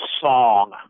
song